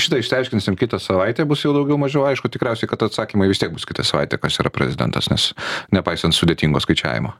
šitą išsiaiškinsim kitą savaitę bus jau daugiau mažiau aišku tikriausiai kad atsakymai vis tiek bus kitą savaitę kas yra prezidentas nes nepaisant sudėtingo skaičiavimo